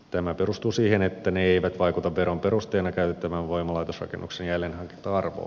tämä perustuu siihen että ne eivät vaikuta veron perusteena käytettävään voimalaitosrakennusten jälleenhankinta arvoon